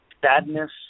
sadness